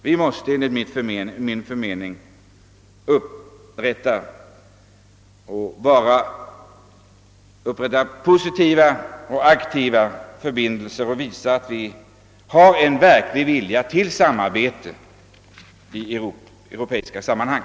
Vi måste enligt mitt förmenande upprätta positiva och aktiva förbindelser och visa att vi har verklig vilja till samarbete i europeiska sammanhang.